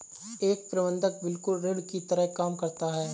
एक बंधक बिल्कुल ऋण की तरह काम करता है